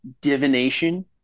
divination